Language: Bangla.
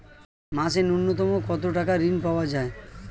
মাসে নূন্যতম কত টাকা ঋণ পাওয়া য়ায়?